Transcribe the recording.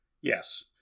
Yes